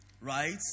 right